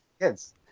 kids